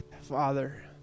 Father